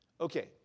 Okay